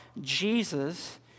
Jesus